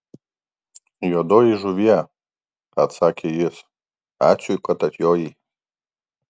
juodoji žuvie atsakė jis ačiū kad atjojai